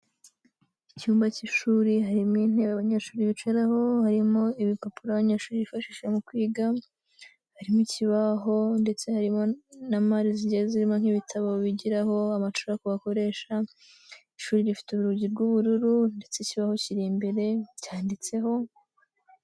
Icyumba k'ishuri harimo intebe abanyeshuri bicaraho, harimo ibipapuro abanyeshuri bifashisha mu kwiga, harimo ikibaho ndetse harimo na mare zigiye zirimo nk'ibitabo bigiraho, amacaki bakoresha, ishuri rifite urugi rw'ubururu ndetse ikibaho kiri imbere cyanditseho.